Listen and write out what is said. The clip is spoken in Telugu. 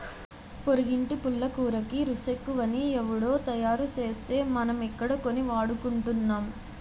పొరిగింటి పుల్లకూరకి రుసెక్కువని ఎవుడో తయారుసేస్తే మనమిక్కడ కొని వాడుకుంటున్నాం